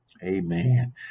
Amen